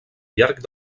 llarg